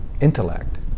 intellect